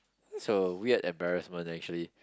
that's a weird embarrassment actually